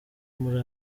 muri